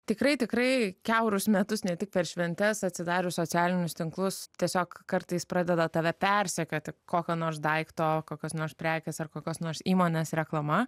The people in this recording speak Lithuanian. tikrai tikrai kiaurus metus ne tik per šventes atsidarius socialinius tinklus tiesiog kartais pradeda tave persekioti kokio nors daikto kokios nors prekės ar kokios nors įmonės reklama